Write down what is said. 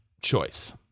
choice